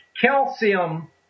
calcium